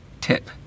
tip